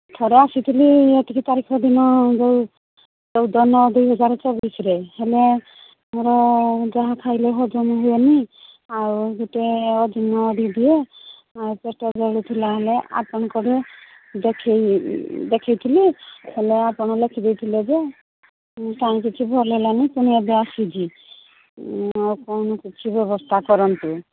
ଥରେ ଆସିଥିଲି ଏତିକି ତାରିଖ ଦିନ ଯେଉଁ ଚଉଦ ନଅ ଦୁଇ ହଜାର ଚବିଶରେ ହେଲେ ମୋର ଯାହା ଖାଇଲେ ହଜମ ହୁଏନି ଆଉ ଗୋଟେ ଅଜିର୍ଣ୍ଣ ବି ହୁଏ ଆଉ ପେଟ ଜଳୁଥିଲା ହେଲେ ଆପଣଙ୍କରେ ଦେଖାଇ ଦେଖାଇଥିଲି ହେଲେ ଆପଣ ଲେଖିଦେଇଥିଲେ ଯେ ମୁ କାଇଁ କିଛି ଭଲ ହେଲାନି ପୁଣି ଏବେ ଆସିଛି ଆଉ କ'ଣ କିଛି ବ୍ୟବସ୍ଥା କରନ୍ତୁ